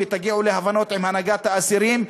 ותגיעו להבנות עם הנהגת האסירים,